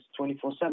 24-7